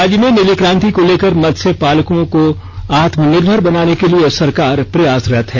राज्य में नीली क्रांति को लेकर मत्स्य पालकों को आत्मनिर्भर बनाने के लिए सरकार प्रयासरत है